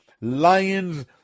lions